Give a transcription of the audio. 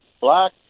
black